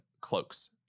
cloaks